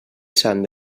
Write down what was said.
sant